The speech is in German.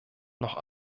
noch